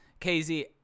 KZ